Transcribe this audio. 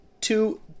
two